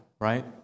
right